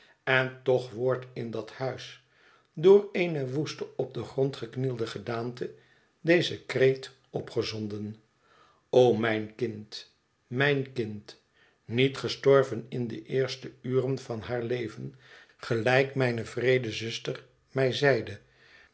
en toch wordt in dat huis door eene woeste op den grond geknielde gedaante deze kreet opgezonden o mijn kind mijn kind niet gestorven in de eerste uren van haar leven gelijk mijne wreede zuster mij zeide